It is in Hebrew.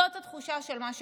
זאת התחושה של מה שקורה.